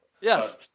Yes